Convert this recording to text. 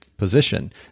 position